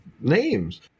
names